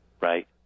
right